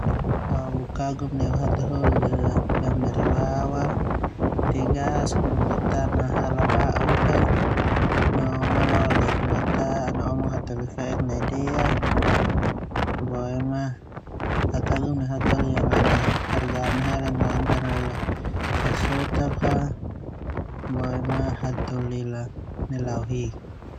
Au kagum neu hataholi yang berwibawa, tegas no tanahal ba'uk, malole, no ana ta omong hataholi naui dea boema au kagum neu hataholi yang ana kerja nahele no ana ta nalelak sosotak.